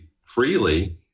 freely